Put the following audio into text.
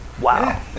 wow